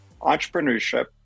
entrepreneurship